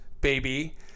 baby